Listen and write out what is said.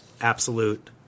absolute